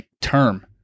term